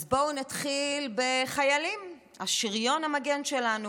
אז בואו נתחיל בחיילים, השריון המגן שלנו.